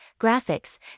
graphics